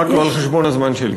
רק לא על חשבון הזמן שלי.